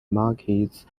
markets